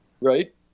right